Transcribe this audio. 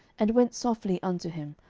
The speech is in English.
and went softly unto him,